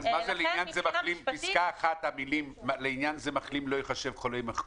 מה זה בפסקה (1): "המילים "לעניין זה מחלים לא ייחשב חולה" יימחקו"?